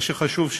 מה שחשוב,